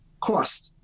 Cost